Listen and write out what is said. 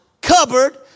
cupboard